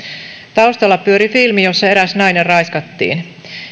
taustalla pyöri filmi jossa eräs nainen raiskattiin